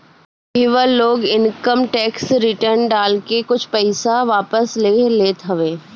इहवा लोग income tax return डाल के कुछ पईसा वापस ले लेत हवे